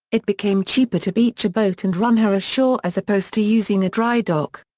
it became cheaper to beach a boat and run her ashore as opposed to using a dry dock.